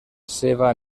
seva